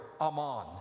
aman